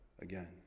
again